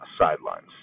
sidelines